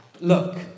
Look